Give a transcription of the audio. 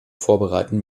vorbereiten